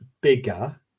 bigger